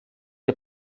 der